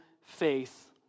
faith